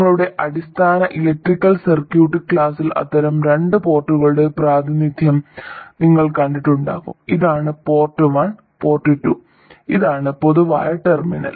നിങ്ങളുടെ അടിസ്ഥാന electrical circuit ക്ലാസിൽ അത്തരം രണ്ട് പോർട്ടുകളുടെ പ്രാതിനിധ്യം നിങ്ങൾ കണ്ടിട്ടുണ്ടാകും ഇതാണ് പോർട്ട് 1 പോർട്ട് 2 ഇതാണ് പൊതുവായ ടെർമിനൽ